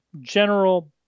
general